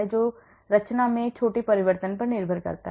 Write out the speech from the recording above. तो रचना में छोटे परिवर्तन पर निर्भर करता है